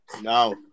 No